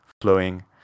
flowing